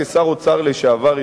כשר האוצר לשעבר,